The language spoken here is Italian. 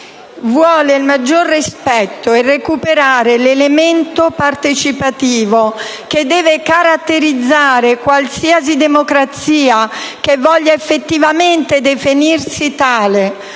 vuole maggior rispetto e intende recuperare l'elemento partecipativo che deve caratterizzare qualsiasi democrazia che voglia effettivamente definirsi tale.